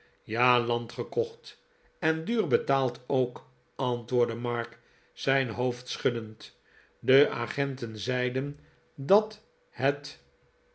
ja land gekocht en duur betaald ook antwoordde mark zijn hoofd schuddend de agenten zeiden dat het